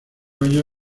año